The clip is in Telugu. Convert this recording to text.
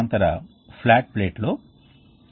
దానితో మనం ప్రత్యేక రకమైన రికపరేటర్కి వెళ్దాం అని చూశాము